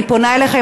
אני פונה אליך,